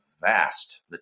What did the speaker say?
vast